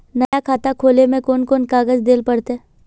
नया खाता खोले में कौन कौन कागज देल पड़ते?